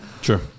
Sure